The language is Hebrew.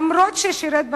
גם אם שירת בצבא,